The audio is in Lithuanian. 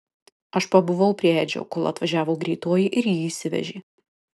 aš pabuvau prie edžio kol atvažiavo greitoji ir jį išsivežė